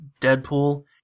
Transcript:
Deadpool